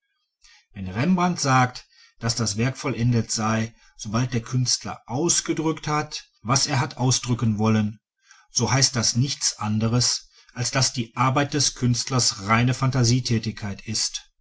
wenn rembrandt sagt daß das werk vollendet sei sobald der künstler ausgedrückt hat was er hat ausdrücken wollen so heißt das nichts anderes als daß die arbeit des künstlers reine phantasietätigkeit ist